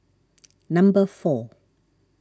number four